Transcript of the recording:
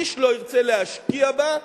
איש לא ירצה להשקיע בה,